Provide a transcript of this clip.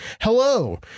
Hello